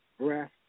breath